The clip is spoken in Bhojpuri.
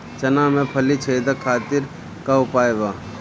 चना में फली छेदक खातिर का उपाय बा?